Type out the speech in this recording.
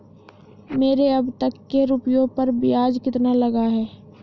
मेरे अब तक के रुपयों पर ब्याज कितना लगा है?